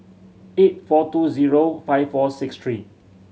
eight four two zero five four six three